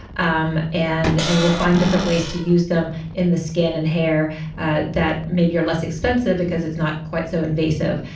um and and we'll find different ways to use them in the skin and hair ah that may be are less expensive because it's not quite so invasive.